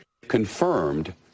CONFIRMED